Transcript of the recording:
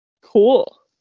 Cool